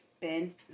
Ben